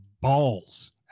balls